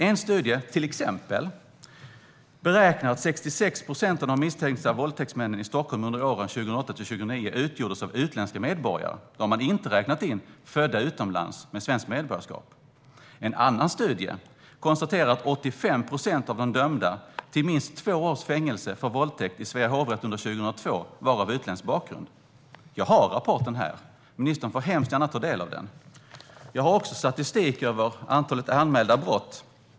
En studie beräknar till exempel att över 66 procent av de misstänkta våldtäktsmännen i Stockholm under åren 2008-2009 utgjordes av utländska medborgare. Då har man inte räknat in personer med svenskt medborgarskap som är födda utomlands. En annan studie konstaterar att 85 procent av dem som Svea hovrätt under 2002 dömde till minst två års fängelse för våldtäkt hade utländsk bakgrund. Jag har rapporten här, och ministern får hemskt gärna ta del av den. Jag har också statistik över antalet anmälda brott.